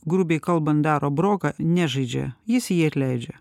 grubiai kalbant daro broką nežaidžia jis jį atleidžia